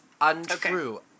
untrue